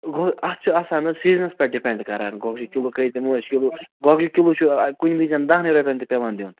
گوٚو اَتھ چھِ آسان حظ سیٖزنَس پٮ۪ٹھ ڈِپٮ۪نٛڈ کران گۄگجہٕ کِلوٗ کٔے دِمو أسۍ کِلوٗ گۄگجہٕ کِلوٗ چھُ کُنہِ وِزِ دَہنٕے رۄپیَن تہِ پٮ۪وان دیُن